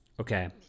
Okay